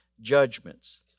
judgments